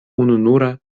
ununura